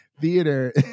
theater